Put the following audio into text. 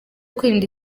kwirinda